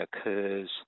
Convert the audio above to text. occurs